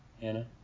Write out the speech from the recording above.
Anna